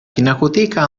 pinacoteca